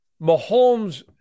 Mahomes